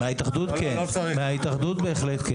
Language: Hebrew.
מההתאחדות, בהחלט כן.